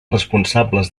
responsables